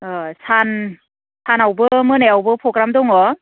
ओह सान सानावबो मोनायावबो प्रग्राम दङ